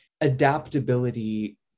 adaptability